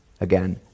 Again